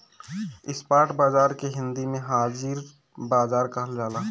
spot बाजार के हिंदी में हाजिर बाजार कहल जाला